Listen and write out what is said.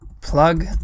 Plug